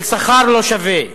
של שכר לא שווה.